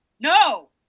no